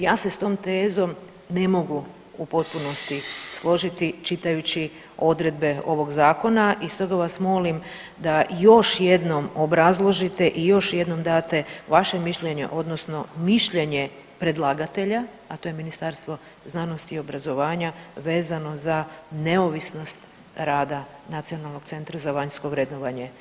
Ja se s tom tezom ne mogu u potpunosti složiti čitajući odredbe ovog zakona i stoga vas molim da još jednom obrazložite i još jednom date vaše mišljenje odnosno mišljenje predlagatelja, a to je Ministarstvo znanosti i obrazovanja vezano za neovisnost rada Nacionalnog centra za vanjsko vrednovanje obrazovanja.